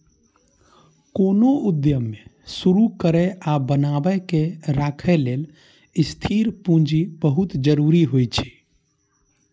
कोनो उद्यम कें शुरू करै आ बनाए के राखै लेल स्थिर पूंजी बहुत जरूरी होइ छै